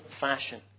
fashion